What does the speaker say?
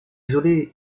isolé